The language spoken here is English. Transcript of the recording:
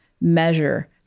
measure